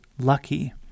lucky